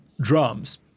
drums